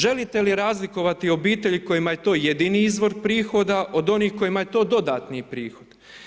Želite li razlikovati obitelj kojima je to jedini izbor prihoda, od onih kojima je to dodatni prihod?